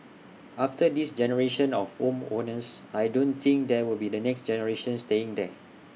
after this generation of home owners I don't think there will be the next generation staying there